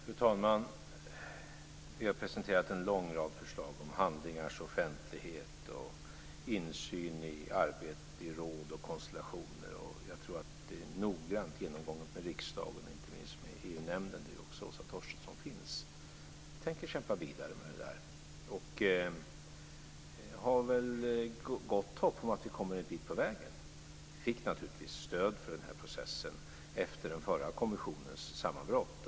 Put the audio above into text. Fru talman! Vi har presenterat en lång rad förslag om handlingars offentlighet och insyn i arbete i råd och konstellationer. Jag tror att det är noggrant genomgånget med riksdagen, inte minst med EU nämnden där Åsa Torstensson finns med. Vi tänker kämpa vidare. Jag har väl gott hopp om att vi har kommit en bit på vägen. Vi fick naturligtvis stöd för processen efter den förra kommissionens sammanbrott.